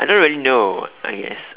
I don't really know I guess